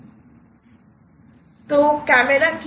তো ক্যামেরা কি